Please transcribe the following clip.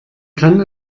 kann